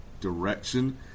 direction